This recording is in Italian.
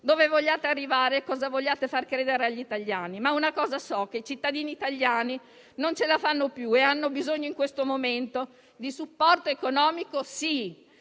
dove vogliate arrivare e cosa vogliate far credere agli italiani. So però una cosa: i cittadini italiani non ce la fanno più e hanno bisogno in questo momento di supporto economico, ma